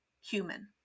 human